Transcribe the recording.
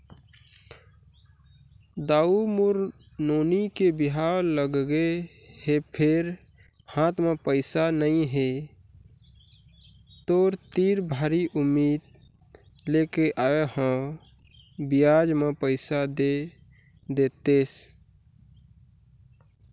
दाऊ मोर नोनी के बिहाव लगगे हे फेर हाथ म पइसा नइ हे, तोर तीर भारी उम्मीद लेके आय हंव बियाज म पइसा दे देतेस